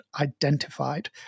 identified